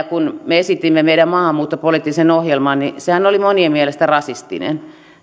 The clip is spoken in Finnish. kun me esitimme meidän maahanmuuttopoliittisen ohjelmamme niin sehän oli monien mielestä rasistinen